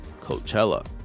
coachella